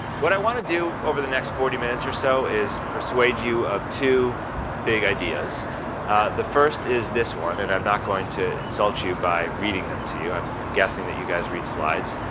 what i want to do over the next forty minutes or so is persuade you of two big ideas. ah the first is this one and i'm not going to insult you by reading them to you, i'm i'm guessing that you guys read slides.